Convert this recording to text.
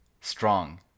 strong